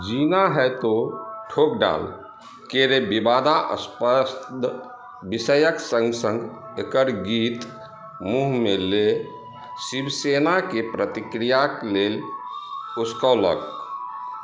जीना है तो ठोक डाल केर विवादास्पद विषयक सङ्ग सङ्ग एकर गीत मुँहमे ले शिवसेनाकेँ प्रतिक्रियाक लेल उसकौलक